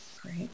Great